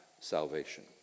salvation